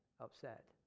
upset